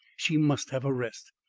she must have a rest.